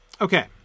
Okay